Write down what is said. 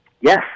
Yes